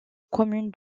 commune